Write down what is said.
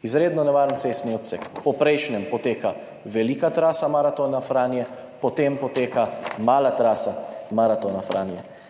Izredno nevaren cestni odsek. Po prejšnjem poteka velika trasa Maratona Franja, po tem poteka mala trasa Maratona Franja.